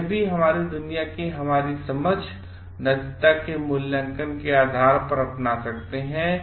तो यह भी हमदुनिया की हमारी समझ और नैतिकता के अपने मूल्यांकन के आधार परइसे अपनासकते हैं